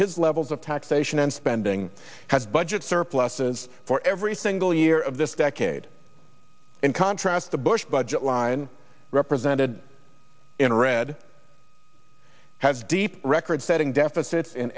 his levels of taxation and spending has budget surpluses for every single year of this decade in contrast the bush budget line represented in red has deep record setting deficit